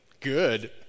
good